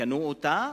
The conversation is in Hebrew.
קנו אותה?